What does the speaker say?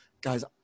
guys